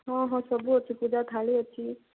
ହଁ ହଁ ସବୁ ଅଛି ପୂଜା ଥାଳି ଅଛି